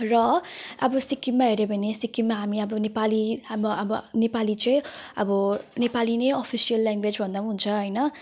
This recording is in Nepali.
र अब सिक्किममा हेर्यो भने सिक्किममा हामी अब नेपाली हाम्रो अब नेपाली चाहिँ अब नेपाली नै अफिसियल ल्याङ्गवेज भन्दा हुन्छ होइन